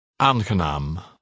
Aangenaam